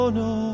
no